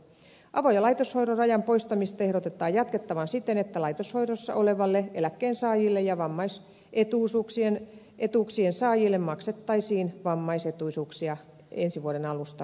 avo ja laitoshoidon rajan poistamista ehdotetaan jatkettavan siten että laitoshoidossa oleville eläkkeensaajille ja vammaisetuuksien saajille maksettaisiin vammaisetuisuuksia ensi vuoden alusta lähtien